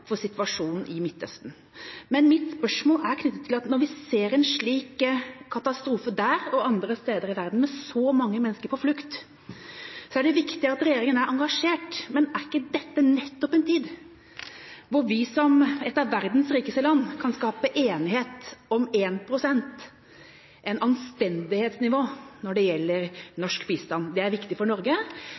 for situasjonen i Midtøsten. Mitt spørsmål er knyttet til at når vi nå ser en slik katastrofe, der og andre steder i verden, med så mange mennesker på flukt, så er det viktig at regjeringa er engasjert. Er ikke dette nettopp en tid hvor vi, som et av verdens rikeste land, kan skape enighet om 1 pst., et anstendighetsnivå, når det gjelder norsk bistand? Det er viktig for Norge,